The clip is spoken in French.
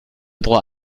droit